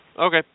Okay